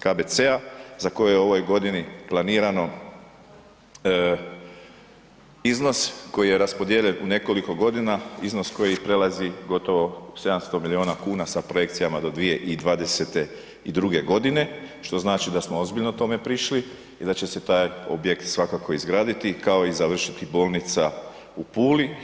KBC-a za koji je u ovoj godini planirano iznos koji je raspodijeljen u nekoliko godina, iznos koji prelazi gotovo 700 miliona kuna sa projekcijama do 2022. godine što znači da smo ozbiljno tome prišli i da će se taj objekt svakako izgraditi kao i završiti bolnica u Puli.